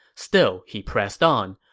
still, he pressed on.